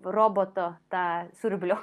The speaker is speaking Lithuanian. roboto tą siurblio